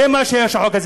זה מה שהחוק הזה.